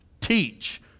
teach